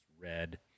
Red